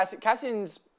Cassian's